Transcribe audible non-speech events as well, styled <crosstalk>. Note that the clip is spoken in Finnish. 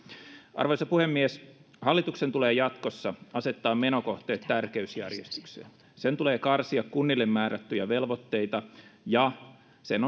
arvoisa puhemies hallituksen tulee jatkossa asettaa menokohteet tärkeysjärjestykseen sen tulee karsia kunnille määrättyjä velvoitteita ja sen <unintelligible>